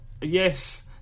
Yes